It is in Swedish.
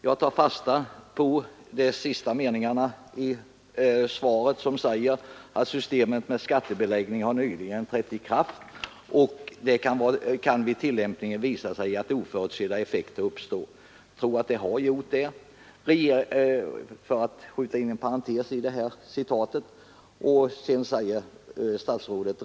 Jag tar fasta på de sista meningarna i svaret: ”Systemet med skattebeläggning har nyligen trätt i kraft och det kan vid tillämpningen visa sig att oförutsedda effekter uppstår.” — Jag tror att sådana effekter redan har uppstått.